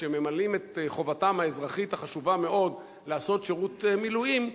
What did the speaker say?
ושממלאים את חובתם האזרחית החשובה מאוד לעשות שירות מילואים,